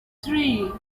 three